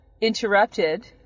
Interrupted